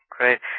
Great